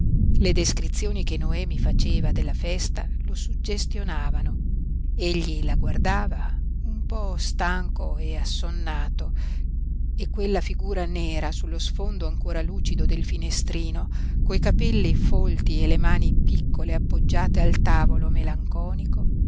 le descrizioni che noemi faceva della festa lo suggestionavano egli la guardava un po stanco e assonnato e quella figura nera sullo sfondo ancora lucido del finestrino coi capelli folti e le mani piccole appoggiate al tavolo melanconico